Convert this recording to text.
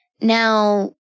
Now